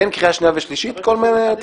בין קריאה שנייה ושלישית תעשו תיקונים.